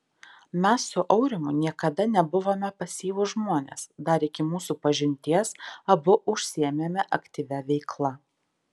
mes su aurimu niekada nebuvome pasyvūs žmonės dar iki mūsų pažinties abu užsiėmėme aktyvia veikla